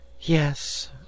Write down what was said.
yes